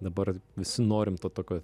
dabar visi norim to tokio